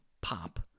pop